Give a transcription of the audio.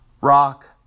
rock